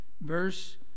Verse